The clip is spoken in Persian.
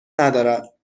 ندارد